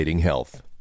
health